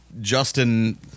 Justin